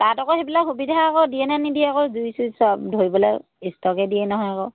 তাত আকৌ সেইবিলাক সুবিধা আকৌ দিয়েনে নিদিয়ে আকৌ জুই চুই সব ধৰিবলৈ ষ্টভে দিয়ে নহয় আকৌ